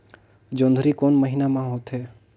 जोंदरी कोन महीना म होथे?